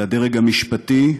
לדרג המשפטי.